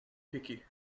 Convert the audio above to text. picky